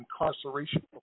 incarceration